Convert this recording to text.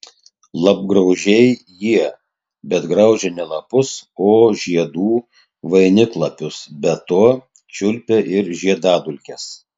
lapgraužiai jie bet graužia ne lapus o žiedų vainiklapius be to čiulpia ir žiedadulkes